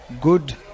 good